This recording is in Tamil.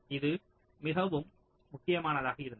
இது மிகவும் முக்கியமானதாக இருந்தது